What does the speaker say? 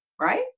right